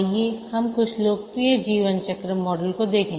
आइए हम कुछ लोकप्रिय जीवन चक्र मॉडल को देखें